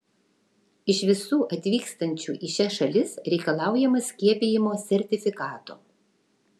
iš visų atvykstančių į šias šalis reikalaujama skiepijimo sertifikato